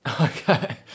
Okay